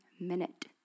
minute